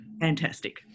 Fantastic